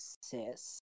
sis